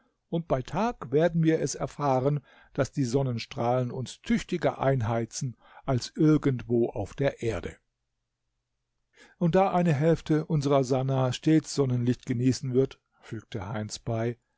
und bei tag werden wir es erfahren daß die sonnenstrahlen uns tüchtiger einheizen als irgendwo auf der erde und da eine hälfte unserer sannah stets sonnenlicht genießen wird fügte heinz bei